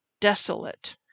desolate